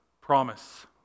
promise